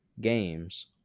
games